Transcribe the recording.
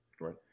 Right